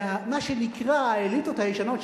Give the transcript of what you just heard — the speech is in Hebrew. למה שנקרא "האליטות הישנות",